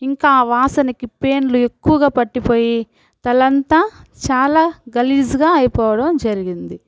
ఇంకా ఆ వాసనకి పేన్లు ఎక్కువగా పట్టిపోయి తలంతా చాలా గాలీజ్గా అయిపోవడం జరిగింది